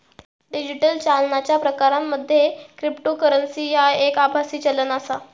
digital चालनाच्या प्रकारांमध्ये cryptocurrency ह्या एक आभासी चलन आसा